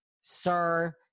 Sir